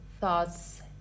thoughts